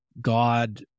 God